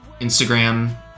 Instagram